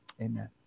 Amen